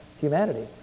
humanity